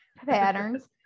patterns